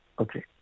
okay